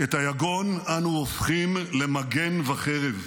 את היגון אנו הופכים למגן וחרב,